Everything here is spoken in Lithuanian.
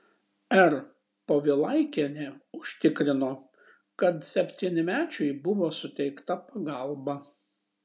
r povilaikienė užtikrino kad septynmečiui buvo suteikta pagalba